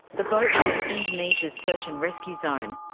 the boat was in indonesia's search and rescue zone,